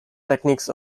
techniques